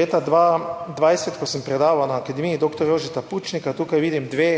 Leta 2020, ko sem predaval na Akademiji doktor Jožeta Pučnika, tukaj vidim dve